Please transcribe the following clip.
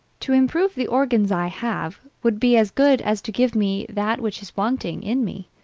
to improve the organs i have, would be as good as to give me that which is wanting in me.